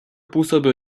působil